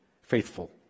Faithful